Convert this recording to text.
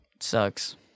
Sucks